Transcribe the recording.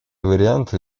варианты